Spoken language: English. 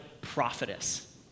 prophetess